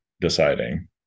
deciding